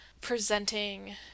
presenting